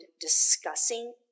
discussing